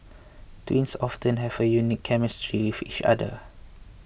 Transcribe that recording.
twins often have a unique chemistry with each other